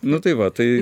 nu tai va tai